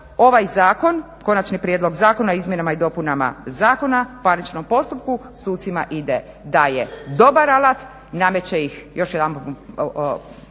ovaj zakon, konačni prijedlog Zakona o izmjenama i dopunama Zakona o parničnom postupku sucima ide, daje dobar alat, nameće ih još jedanput